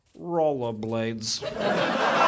Rollerblades